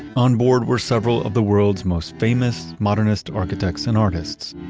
onboard were several of the world's most famous modernist architects and artists,